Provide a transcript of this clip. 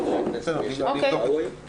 אבדוק את זה.